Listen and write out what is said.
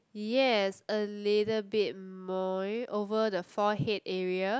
yes a little bit more over the forehead area